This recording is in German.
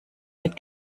mit